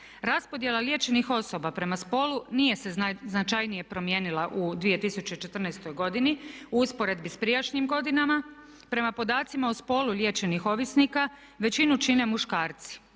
Raspodjela liječenih osoba prema spolu nije se značajnije promijenila u 2014. godini u usporedbi sa prijašnjim godinama. Prema podacima o spolu liječenih ovisnika većinu čine muškarci.